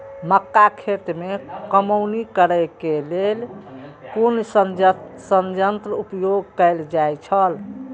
मक्का खेत में कमौनी करेय केय लेल कुन संयंत्र उपयोग कैल जाए छल?